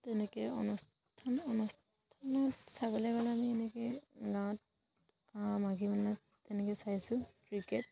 তেনেকৈ অনুষ্ঠান অনুষ্ঠানত চাবলৈ গ'লে আমি এনেকৈ গাঁৱত মাঘী মানে তেনেকৈ চাইছোঁ ক্ৰিকেট